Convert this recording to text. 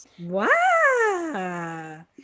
wow